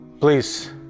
please